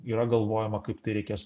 yra galvojama kaip tai reikės